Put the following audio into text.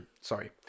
sorry